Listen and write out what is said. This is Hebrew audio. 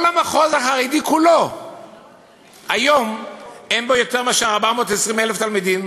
היום כל המחוז החרדי כולו אין בו יותר מאשר 420,000 תלמידים.